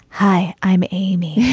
hi, i'm amy.